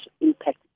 impact